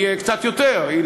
קצת יותר, היא